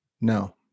No